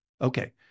Okay